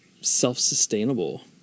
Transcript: self-sustainable